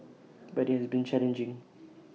but IT has been challenging